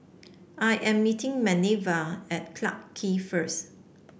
I am meeting Manervia at Clarke Quay first